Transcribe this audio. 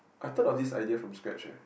I thought of this idea from scratch eh